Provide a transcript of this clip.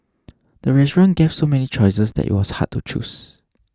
the restaurant gave so many choices that it was hard to choose